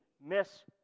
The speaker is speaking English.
miss